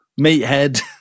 Meathead